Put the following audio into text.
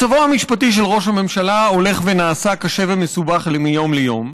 מצבו המשפטי של ראש הממשלה הולך ונעשה קשה ומסובך מיום ליום.